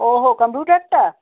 ও হো কম্পিউটারটা